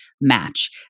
match